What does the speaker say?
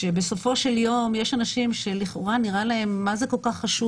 שבסופו של יום יש אנשים שלכאורה זה נראה להם מה זה כל כך חשוב?